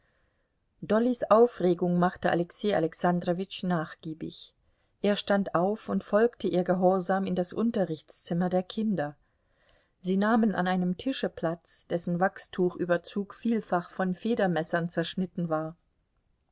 dollys aufregung machte alexei alexandrowitsch nachgiebig er stand auf und folgte ihr gehorsam in das unterrichtszimmer der kinder sie nahmen an einem tische platz dessen wachstuchüberzug vielfach von federmessern zerschnitten war